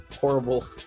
horrible